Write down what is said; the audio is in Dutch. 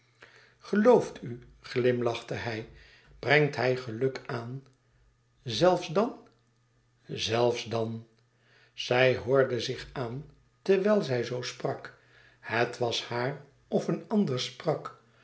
gelooft u glimlachte hij brengt hij geluk aan zelfs dan zelfs dan zij hoorde zich aan terwijl zij zoo sprak het was haar of een ander sprak